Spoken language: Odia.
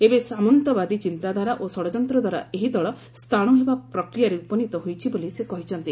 ଏବେ ସାମନ୍ତବାଦୀ ଚିନ୍ତାଧାରା ଓ ଷଡ଼ଯନ୍ତଦ୍ୱାରା ଏହି ଦଳ ସ୍ଥାଣ୍ର ହେବା ପ୍ରକ୍ରିୟାରେ ଉପନୀତ ହୋଇଛି ବୋଲି ସେ କହିଛନ୍ତି